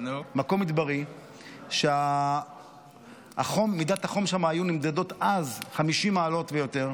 מקום מדברי שמידות החום שם היו נמדדות אז 50 מעלות ויותר.